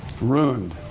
Ruined